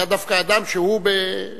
היה דווקא אדם שהוא גמד.